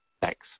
Thanks